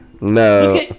No